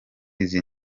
izi